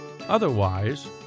Otherwise